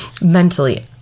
mentally